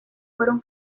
fueron